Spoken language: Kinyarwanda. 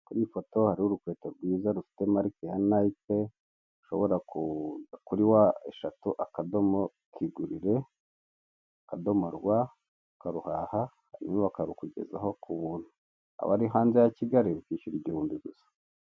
Kui iyi foto hariho urukweto ryiza rufite marike ya Nike ushobora kujya kuri www.kigurire.rw ukaruhaha barangiza bakarukugezaho k'ubuntu, abari hanze ya Kigali bishyura igihumbi gusa.